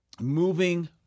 Moving